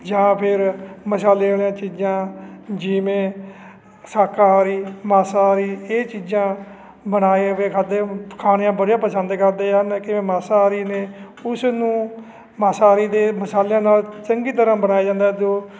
ਜਾਂ ਫਿਰ ਮਸਾਲੇ ਵਾਲੀਆਂ ਚੀਜ਼ਾਂ ਜਿਵੇਂ ਸ਼ਾਕਾਹਾਰੀ ਮਾਸਾਹਾਰੀ ਇਹ ਚੀਜ਼ਾਂ ਬਣਾਏ ਹੋਏ ਖਾਂਦੇ ਖਾਣੀਆਂ ਬੜੀਆਂ ਪਸੰਦ ਕਰਦੇ ਹਨ ਕਿਵੇਂ ਮਾਸਾਹਾਰੀ ਨੇ ਉਸ ਨੂੰ ਮਾਸਾਹਾਰੀ ਦੇ ਮਸਾਲਿਆਂ ਨਾਲ ਚੰਗੀ ਤਰ੍ਹਾਂ ਬਣਾਇਆ ਜਾਂਦਾ ਅਤੇ ਉਹ